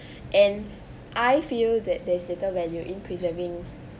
and I feel that this little value in preserving